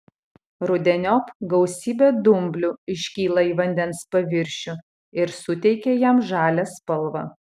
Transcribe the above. rudeniop gausybė dumblių iškyla į vandens paviršių ir suteikia jam žalią spalvą